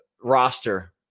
roster